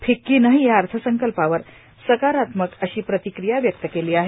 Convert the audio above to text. फिक्कीनंही या अर्थसंकल्पावर सकारात्मक अशी प्रतिक्रिया व्यक्त केली आहे